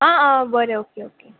आ आ बरें okay okay